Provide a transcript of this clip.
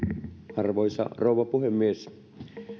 arvoisa rouva puhemies